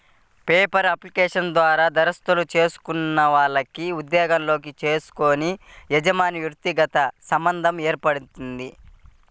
paper application ద్వారా దరఖాస్తు చేసుకునే వాళ్లకి ఉద్యోగంలోకి తీసుకునే యజమానికి వ్యక్తిగత సంబంధం ఏర్పడుద్ది